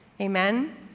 Amen